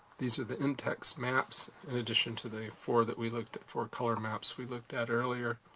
these are the in-text maps, in addition to the four that we looked at for color maps we looked at earlier.